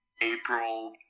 April